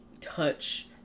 touch